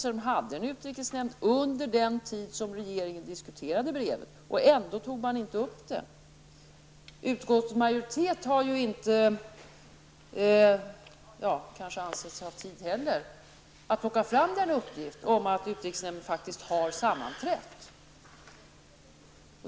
Nu har det visat sig att utrikesnämnden sammanträdde under den tid som regeringen diskuterade brevet, men ändå tog man alltså inte upp saken i utrikesnämnden. Utskottsmajoriteten har kanske inte heller ansett sig ha tid att ta fram uppgiften om att utrikesnämnden faktiskt har sammanträtt.